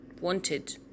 wanted